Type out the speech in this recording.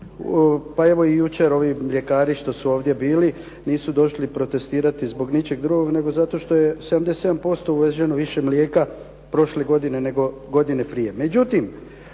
Pa evo jučer ovi mljekari što su bili ovdje, nisu došli protestirati zbog ničeg drugog nego zato što je 77% uvoženo više mlijeka prošle godine, nego godine prije.